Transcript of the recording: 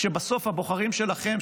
כשבסוף הבוחרים שלכם,